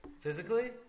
Physically